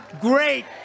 great